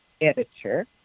editor